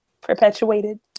perpetuated